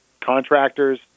contractors